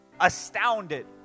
astounded